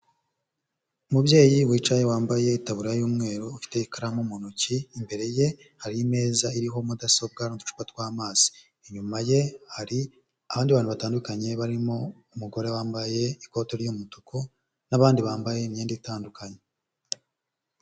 Umubyeyi wicaye wambaye itaburiya y'umweru ufite ikaramu mu ntoki, imbere ye hari imeza iriho mudasobwa n'uducupa tw'amazi, inyuma ye hari abandi bantu batandukanye barimo umugore wambaye ikoti ry'umutuku n'abandi bambaye imyenda itandukanye.